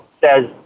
says